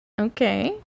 Okay